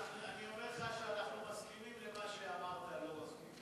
אני אומר לך שאנחנו מסכימים למה שאמרת בנושא,